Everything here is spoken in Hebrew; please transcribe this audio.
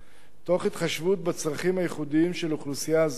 תוך התחשבות בצרכים המיוחדים של אוכלוסייה זו.